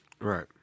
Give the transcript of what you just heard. Right